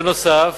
בנוסף,